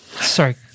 Sorry